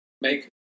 make